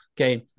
Okay